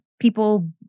people